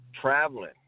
Traveling